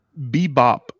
Bebop